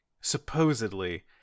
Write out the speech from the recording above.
supposedly